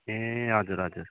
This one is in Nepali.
ए हजुर हजुर